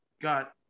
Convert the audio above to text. got